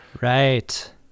Right